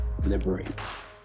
Liberates